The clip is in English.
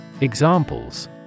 Examples